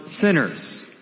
sinners